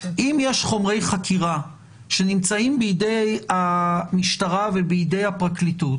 אם יש חומרי חקירה שנמצאים בידי המשטרה ובידי הפרקליטות,